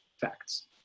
facts